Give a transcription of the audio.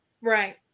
right